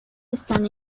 están